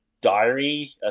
diary